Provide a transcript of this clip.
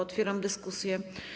Otwieram dyskusję.